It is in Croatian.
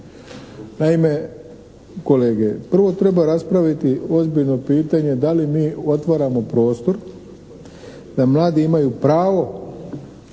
Naime, kolege, prvo treba raspraviti ozbiljno pitanje da li mi otvaramo prostor da mladi imaju pravo